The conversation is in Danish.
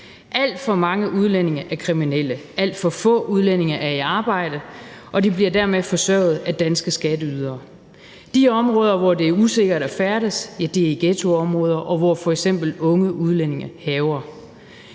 Alt for mange udlændinge er kriminelle, alt for få udlændinge er i arbejde, og de bliver dermed forsørget af danske skatteydere. De områder, hvor det er usikkert at færdes, ja, det er i ghettoområder, hvor f.eks. unge udlændinge hærger.